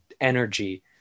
energy